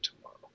tomorrow